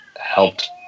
helped